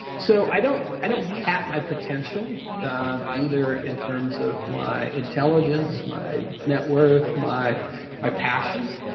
so, i don't i don't cap my potential either in terms of my intelligence, my net worth, my my passion